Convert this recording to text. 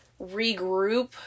regroup